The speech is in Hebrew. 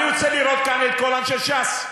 אני רוצה לראות כאן את כל אנשי ש"ס.